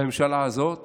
בממשלה הזאת